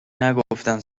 نگفتن